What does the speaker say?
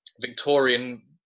Victorian